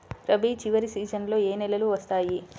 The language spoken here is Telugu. రబీ చివరి సీజన్లో ఏ నెలలు వస్తాయి?